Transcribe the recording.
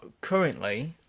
currently